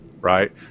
right